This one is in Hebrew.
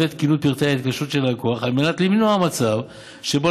את תקינות פרטי ההתקשרות של הלקוח על מנת למנוע מצב שבו